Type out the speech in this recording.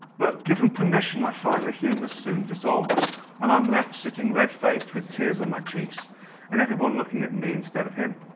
but given permission, i find the humour soon dissolves and i'm left sitting red-faced with tears on my cheeks and everyone looking at me instead of him.